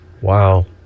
Wow